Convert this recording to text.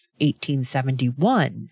1871